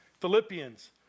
Philippians